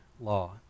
law